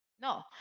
No